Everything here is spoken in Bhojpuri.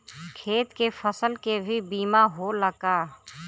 खेत के फसल के भी बीमा होला का?